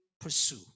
pursue